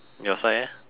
your side eh